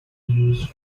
used